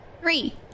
Three